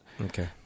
Okay